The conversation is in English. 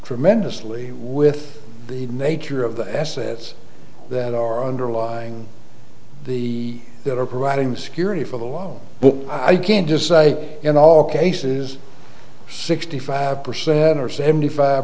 tremendously with the nature of the assets that are underlying the that are providing security for the law but i can't just say in all cases sixty five percent or seventy five